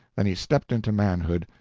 then he stepped into manhood,